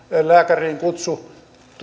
lääkäriin kutsu